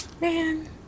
Man